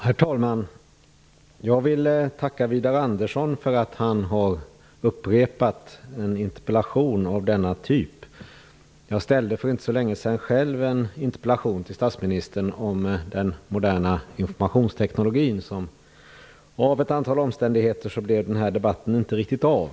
Herr talman! Jag vill tacka Widar Andersson för att han har upprepat en interpellation av denna typ. Jag ställde för inte så länge sedan själv en interpellation till statsministern om den moderna informationsteknologin. Beroende på ett antal omständigheter blev debatten inte riktigt av.